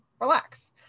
relax